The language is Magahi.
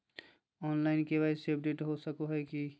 ऑनलाइन के.वाई.सी अपडेट हो सको है की?